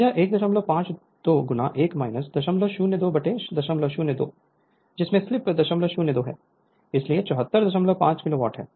Refer Slide Time 2044 तो यह 152 1 002 002 जिसमें स्लीप 002 है इसलिए 745 किलो वाट है